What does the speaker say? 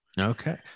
Okay